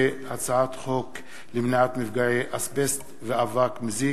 הצעת חוק למניעת מפגעי אסבסט ואבק מזיק,